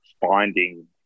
finding –